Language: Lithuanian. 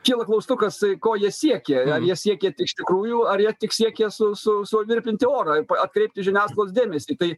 kyla klaustukas ko jie siekia ar jie siekia iš tikrųjų ar jie tik siekia su su suvirpinti orą atkreipti žiniasklaidos dėmesį tai